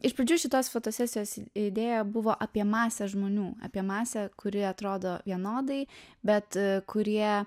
iš pradžių šitos fotosesijos idėja buvo apie masę žmonių apie masę kuri atrodo vienodai bet kurie